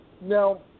Now